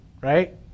right